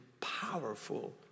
powerful